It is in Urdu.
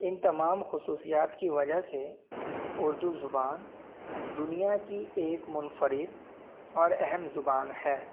ان تمام خصوصیات کی وجہ سے اردو زبان دنیا کی ایک منفرد اور اہم زبان ہے